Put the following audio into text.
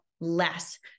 less